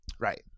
Right